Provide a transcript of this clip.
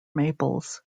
maples